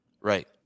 Right